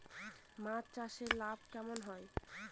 মাছ চাষে লাভ কেমন হয়?